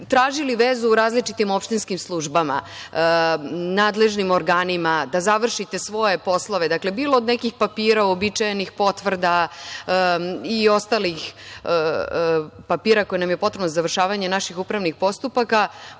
tražili vezu u različitim opštinskim službama, nadležnim organima da završite svoje poslove, bilo od nekih papira, uobičajenih potvrda i ostalih papira koja su nam potrebna za završavanje naših upravnih postupaka,